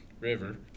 river